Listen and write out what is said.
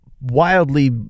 wildly